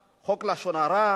חוק הנכבה, חוק לשון הרע,